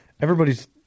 Everybody's